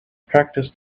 practiced